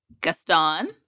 Gaston